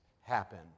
happen